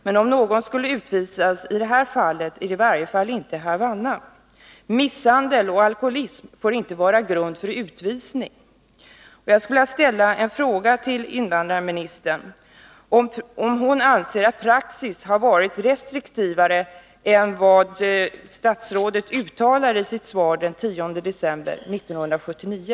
Men om någon skulle utvisas i det här fallet, så är det ändå inte Havanna. Misshandel och alkoholism får inte vara grund för utvisning. Jag skulle vilja rikta en fråga till invandrarministern: Anser invandrarministern att praxis har varit restriktivare än vad statsrådet angav i sitt svar den 10 december 1979?